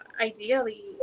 ideally